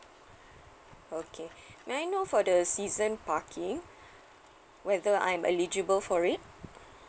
okay may I know for the season parking whether I'm eligible for it